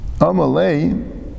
Amalei